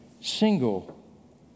single